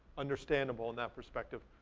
understandable in that perspective.